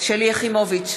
שלי יחימוביץ,